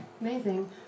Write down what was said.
Amazing